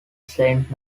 saint